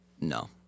No